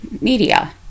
media